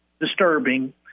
disturbing